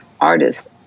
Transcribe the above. artists